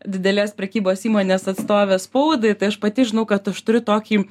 didelės prekybos įmonės atstovė spaudai tai aš pati žinau kad aš turiu tokį